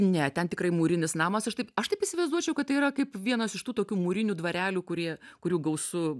ne ten tikrai mūrinis namas aš taip aš taip įsivaizduočiau kad tai yra kaip vienas iš tų tokių mūrinių dvarelių kurie kurių gausu